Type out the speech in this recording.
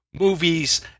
movies